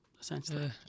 essentially